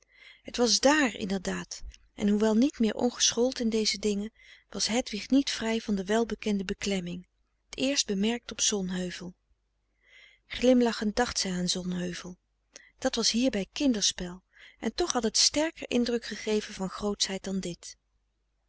het was dààr inderdaad en hoewel niet meer ongeschoold in deze dingen was hedwig niet vrij van de welbekende beklemming t eerst bemerkt op zonheuvel glimlachend dacht zij aan zonheuvel dat was hierbij kinderspel en toch had het sterker indruk gegeven van grootschheid dan dit